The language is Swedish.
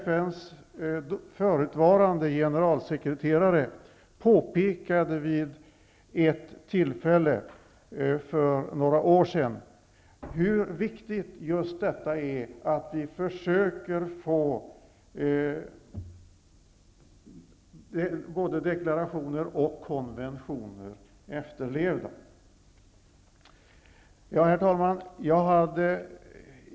FN:s förutvarande generalsekreterare pekade vid ett tillfälle för några år sedan på hur viktigt det är att vi försöker påverka, så att både deklarationer och konventioner efterlevs. Herr talman!